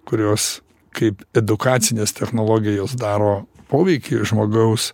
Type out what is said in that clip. kurios kaip edukacinės technologijos daro poveikį žmogaus